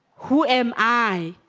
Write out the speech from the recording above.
who am i